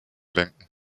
lenken